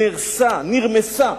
נהרסה, נרמסה